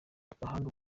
bahanga